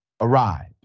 arrive